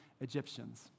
Egyptians